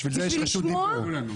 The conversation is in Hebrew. בשביל לשמוע.